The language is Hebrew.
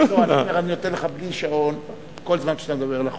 אני אומר: אני נותן לך בלי שעון כל זמן שאתה מדבר על החוק.